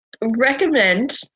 Recommend